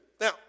now